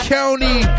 County